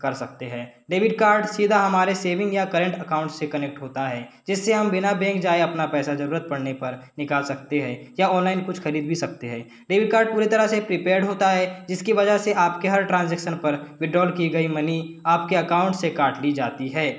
कर सकते है डेबिट कार्ड सीधा हमारे सेविंग या करेंट अकाउंट से कनेक्ट होता है जिससे हम बिना बैंक जाये अपना पैसा ज़रूरत पड़ने पर निकाल सकते हैं या ऑनलाइन कुछ खरीद भी सकते है डेबिट कार्ड पूरी तरह से प्रिपेर्ड होता है जिसकी वजह से आपके हर ट्रांसेक्शन पर विड्राल की गई मनी आपके अकॉउंट से काट ली जाती है